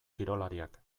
kirolariak